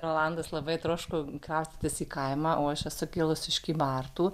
rolandas labai troško kraustytis į kaimą o aš esu kilusi iš kybartų